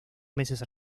meses